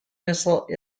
missile